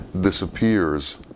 disappears